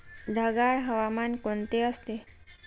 ढगाळ हवामान कोणते असते?